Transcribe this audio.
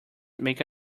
make